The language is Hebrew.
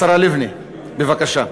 השרה לבני, בבקשה,